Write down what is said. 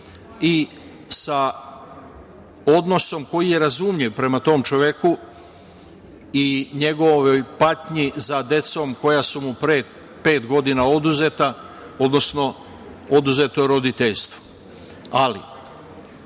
i sa odnosom koji je razumljiv prema tom čoveku i njegovoj patnji za decom koja su mu pre pet godina oduzeta, odnosno oduzeto je roditeljstvo. Ali,